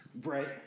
Right